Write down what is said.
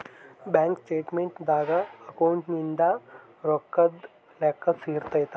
bank statement ದಾಗ ಅಕೌಂಟ್ನಾಗಿಂದು ರೊಕ್ಕದ್ ಲೆಕ್ಕ ಇರುತ್ತ